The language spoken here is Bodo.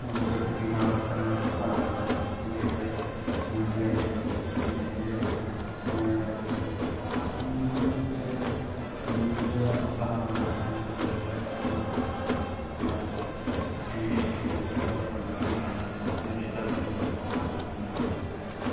नोंसोर सैमा अरथारनानै गालांजाबाय जेरैहाय मोनजायासै बिदि जायो बिदिनो जेरै मोनजायाखै बाहागो रानखानाय जेरै बायदिसिना मोनै बुस्थुखौबो बाहागो राननानै दोनखानाय जेरै जाफुङैखौ बुंनाय जायो